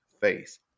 faith